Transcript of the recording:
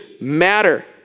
matter